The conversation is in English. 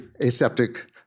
aseptic